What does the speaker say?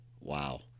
Wow